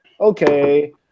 okay